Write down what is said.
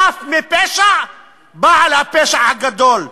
חף מפשע הוא בעל הפשע הגדול,